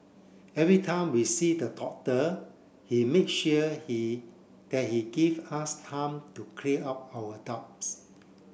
every time we see the doctor he make sure he that he give us time to clear up our doubts